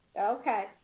Okay